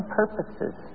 purposes